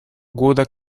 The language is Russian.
года